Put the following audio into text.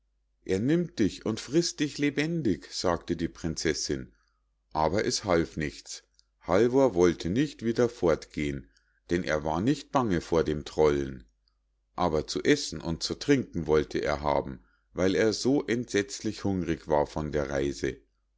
er nimmt dich und frisst dich lebendig sagte die prinzessinn aber es half nichts halvor wollte nicht wieder fortgehen denn er war nicht bange vor dem trollen aber zu essen und zu trinken wollte er haben weil er so entsetzlich hungrig war von der reise